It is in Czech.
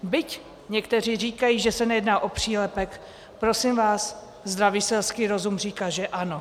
Byť někteří říkají, že se nejedná o přílepek, prosím vás, zdravý i selský rozum říká, že ano.